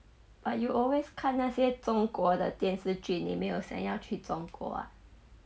but you always 看那些中国的电视剧你没有想要去中国 ah